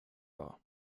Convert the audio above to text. war